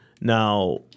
Now